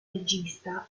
regista